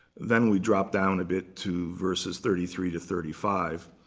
then we drop down a bit to versus thirty three to thirty five.